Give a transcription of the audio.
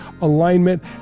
alignment